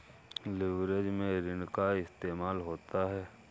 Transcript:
leverage में ऋण का इस्तेमाल होता है